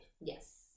Yes